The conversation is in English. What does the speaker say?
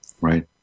Right